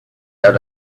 out